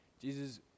Jesus